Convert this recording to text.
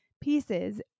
pieces